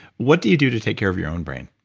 what do you do to take care of your own brain?